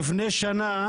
לפני שנה,